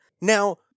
Now